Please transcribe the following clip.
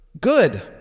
good